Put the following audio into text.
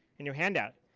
in your handout.